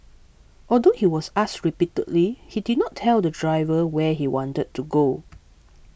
although he was asked repeatedly he did not tell the driver where he wanted to go